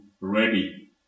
ready